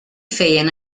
feien